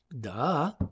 Duh